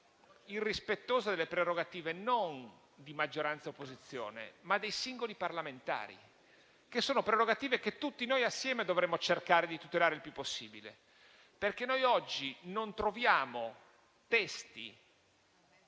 irrispettosa non delle prerogative della maggioranza e dell'opposizione, ma dei singoli parlamentari, che sono prerogative che tutti noi assieme dovremmo cercare di tutelare il più possibile. Oggi infatti non troviamo testi